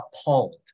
appalled